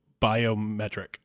biometric